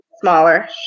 smaller